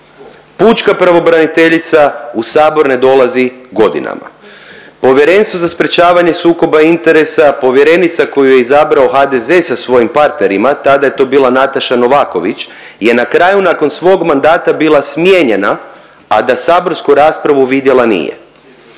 Pučka pravobraniteljica u sabor ne dolazi godinama. Povjerenstvo za sprječavanje sukoba interesa, povjerenica koju je izabrao HDZ sa svojim partnerima, tada je to bila Nataša Novaković je na kraju nakon svog mandata bila smijenjena, a da saborsku raspravu vidjela nije.